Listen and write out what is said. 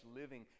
living